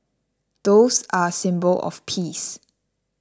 doves are a symbol of peace